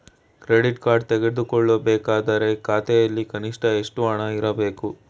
Credit card ತೆಗೆದುಕೊಳ್ಳಬೇಕಾದರೆ ಖಾತೆಯಲ್ಲಿ ಕನಿಷ್ಠ ಎಷ್ಟು ಹಣ ಇರಬೇಕು?